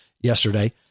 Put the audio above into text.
yesterday